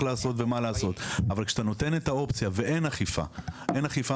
לעשות ומה לעשות אבל כשאתה נותן את האופציה ואין אכיפה מספקת,